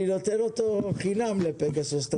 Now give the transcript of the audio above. אני נותן אותו חינם לפגסוס.